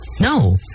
No